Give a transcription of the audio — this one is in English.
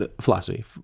philosophy